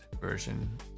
version